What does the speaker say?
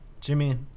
Jimmy